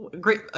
Great